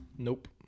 Nope